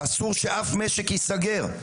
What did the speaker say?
אסור שאף משק ייסגר,